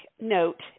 note